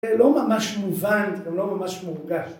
‫זה לא ממש מובן, ‫זה גם לא ממש מורגש.